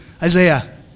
Isaiah